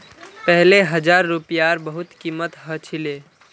पहले हजार रूपयार बहुत कीमत ह छिले